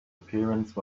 appearance